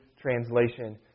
Translation